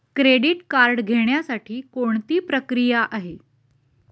Credit card घेण्यासाठी कोणती प्रक्रिया आहे?